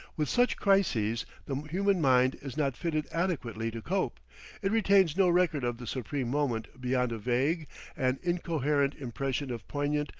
with such crises the human mind is not fitted adequately to cope it retains no record of the supreme moment beyond a vague and incoherent impression of poignant,